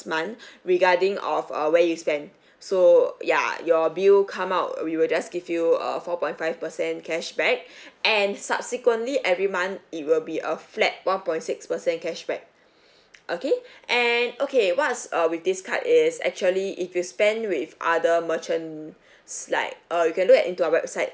month regarding of uh where you spend so ya your bill come out we will just give you a four point five percent cashback and subsequently every month it will be a flat one point six percent cashback okay and okay what's uh with this card is actually if you spend with other merchants like uh you can look at into our website